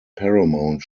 paramount